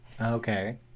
okay